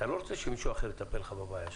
אתה לא רוצה שמישהו אחר יטפל בבעיה שלך.